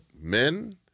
men